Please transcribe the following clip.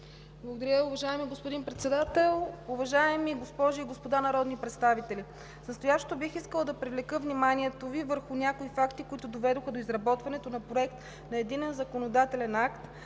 Благодаря. Уважаеми господин Председател, уважаеми госпожи и господа народни представители! С настоящето бих искала да привлека вниманието Ви върху някои факти, които доведоха до изработването на Проект на единен законодателен акт,